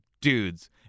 dudes